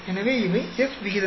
எனவே இவை F விகிதங்கள்